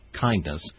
kindness